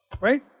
Right